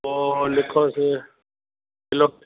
पोइ लिखियोसीं किलो